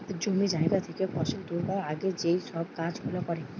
জমি জায়গা থেকে ফসল তুলবার আগে যেই সব কাজ গুলা করে